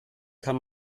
kann